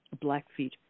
Blackfeet